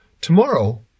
Tomorrow